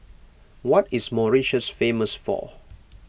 what is Mauritius famous for